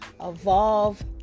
evolve